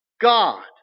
God